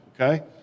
okay